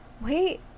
Wait